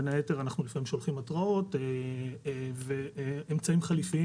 בין היתר אנחנו לפעמים שולחים התראות ואמצעים חליפיים